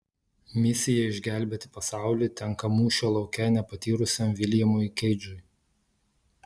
misija išgelbėti pasaulį tenka mūšio lauke nepatyrusiam viljamui keidžui